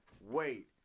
wait